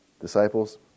disciples